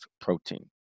protein